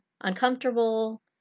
uncomfortable